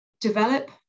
develop